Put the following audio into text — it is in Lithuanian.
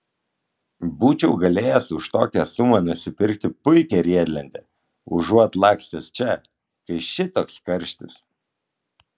būčiau galėjęs už tokią sumą nusipirkti puikią riedlentę užuot lakstęs čia kai šitoks karštis